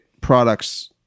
products